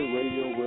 Radio